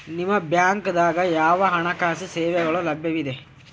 ನಿಮ ಬ್ಯಾಂಕ ದಾಗ ಯಾವ ಹಣಕಾಸು ಸೇವೆಗಳು ಲಭ್ಯವಿದೆ?